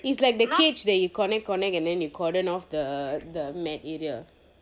it's like a cage that you connect connect and cordon off the mat area